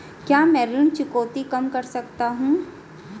क्या मैं ऋण चुकौती कम कर सकता हूँ?